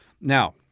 Now